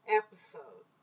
episode